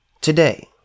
today